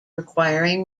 requiring